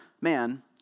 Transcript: man